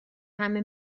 همه